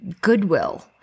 Goodwill